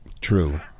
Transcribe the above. True